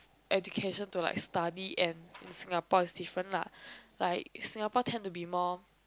education to like study and Singapore is different lah like Singapore tend to be more